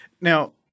Now